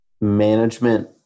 management